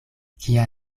kia